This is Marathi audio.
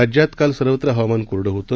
राज्यात काल सर्वत्र हवामान कोरडं होतं